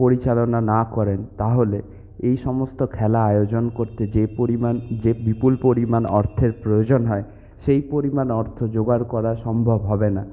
পরিচালনা না করেন তাহলে এই সমস্ত খেলা আয়োজন করতে যে পরিমাণ যে বিপুল পরিমাণ অর্থের প্রয়োজন হয় সেই পরিমাণ অর্থ জোগাড় করা সম্ভব হবে না